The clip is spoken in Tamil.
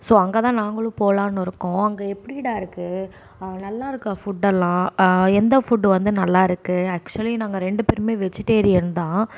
ஸோ அங்கேதான் நாங்களும் போலாம்னு இருக்கோம் அங்கே எப்படிடா இருக்குது நல்லா இருக்கா ஃபுட்டெல்லாம் எந்த ஃபுட் வந்து நல்லா இருக்கு ஆக்ச்வலி நாங்கள் ரெண்டு பேருமே வெஜிட்டேரியந்தான்